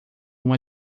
uma